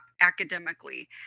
academically